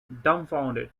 dumbfounded